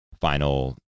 final